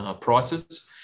prices